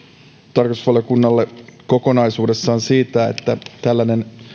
tarkastusvaliokunnalle kokonaisuudessaan siitä että tällainen